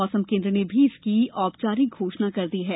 मौसम केन्द्र ने भी इसकी औपचारिक घोषणा कर दी है